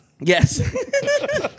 Yes